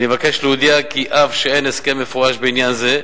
אני מבקש להודיע כי אף שאין הסכם מפורש בעניין זה,